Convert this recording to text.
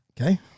Okay